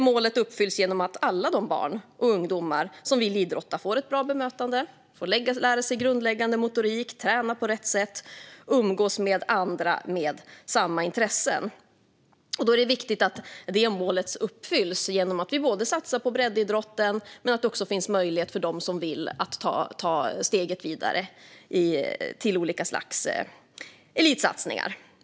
Målet uppfylls genom att alla barn och ungdomar som vill idrotta får ett bra bemötande, får lära sig grundläggande motorik, träna på rätt sätt och umgås med andra med samma intressen. Då är det viktigt att vi satsar på breddidrotten men att det också finns möjlighet för dem som vill att ta steget vidare till olika slags elitsatsningar.